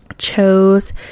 chose